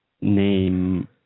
name